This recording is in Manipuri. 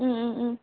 ꯎꯝ ꯎꯝ ꯎꯝ